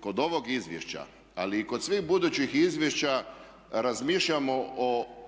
kod ovog izvješća ali i kod svih budućih izvješća razmišljamo o